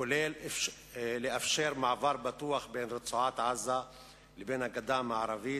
כולל לאפשר מעבר בטוח בין רצועת-עזה לבין הגדה המערבית,